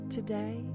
Today